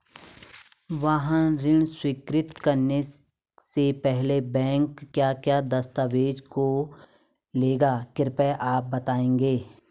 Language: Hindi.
वाहन ऋण स्वीकृति करने से पहले बैंक क्या क्या दस्तावेज़ों को लेगा कृपया आप बताएँगे?